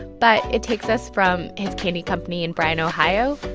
but it takes us from his candy company in bryan, ohio,